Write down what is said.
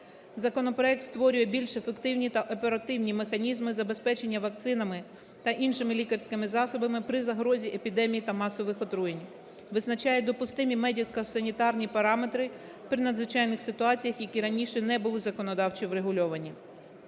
Законопроект створює більш ефективні та оперативні механізми забезпечення вакцинами та іншими лікарськими засобами при загрозі епідемії та масових отруєнь, визначає допустимі медико-санітарні параметри при надзвичайних ситуаціях, які раніше не були законодавчо врегульовані.